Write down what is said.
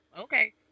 Okay